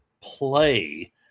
play